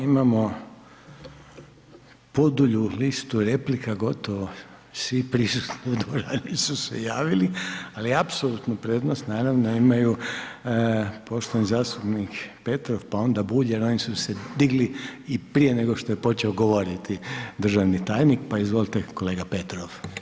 Imamo podulju listu replika, gotovo svi prisutni u dvorani su se javili, ali apsolutnu prednost naravno imaju poštovani zastupnik Petrov, pa onda Bulj jer oni su se digli i prije nego što je počeo govoriti državni tajnik, pa izvolite kolega Petrov.